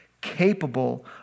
capable